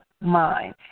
mind